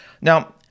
Now